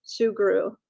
Sugru